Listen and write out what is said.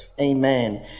Amen